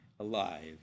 alive